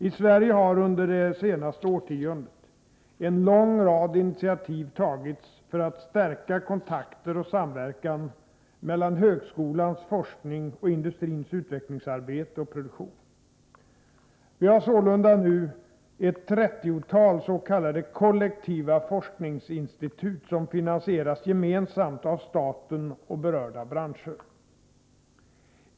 I Sverige har under det senaste årtiondet en lång rad initiativ tagits för att stärka kontakter och samverkan mellan högskolans forskning och industrins utvecklingsarbete och produktion. Vi har sålunda nu ett trettiotal s.k. kollektiva forskningsinstitut som finansieras gemensamt av staten och berörda branscher.